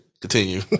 Continue